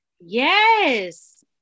yes